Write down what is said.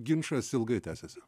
ginčas ilgai tęsiasi